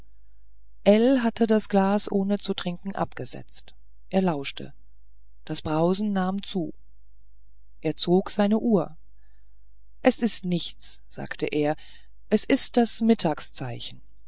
hatte das glas ohne zu trinken abgesetzt er lauschte das brausen nahm zu er zog seine uhr es ist nichts sagte er es ist das